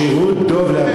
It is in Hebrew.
שירות דוב, איך?